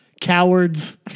Cowards